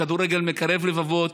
הכדורגל מקרב לבבות,